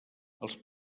els